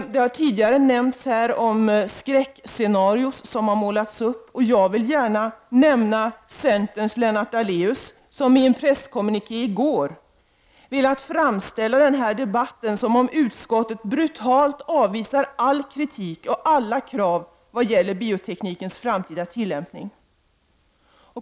Det har tidigare talats om de skräckscenarier som målats upp. Jag vill då gärna nämna centerns Lennart Daléus, som i en presskommuniké i går ville framställa den här debatten så, att utskottet brutalt skulle ha avvisat all kritik och alla krav vad gäller bioteknikens framtida tillämpning.